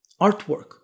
artwork